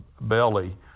belly